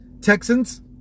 Texans